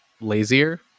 lazier